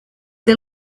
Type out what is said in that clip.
the